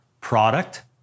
product